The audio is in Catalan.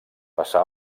passà